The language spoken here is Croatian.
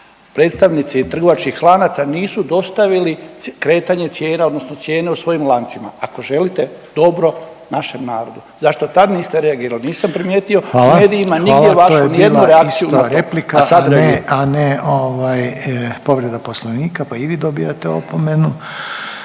predstavnici trgovačkih lanaca nisu dostavili kretanje cijena, odnosno cijene u svojim lancima. Ako želite dobro našem narodu zašto tad niste reagirali? Nisam primijetio u medijima nigdje vašu ni jednu